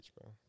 bro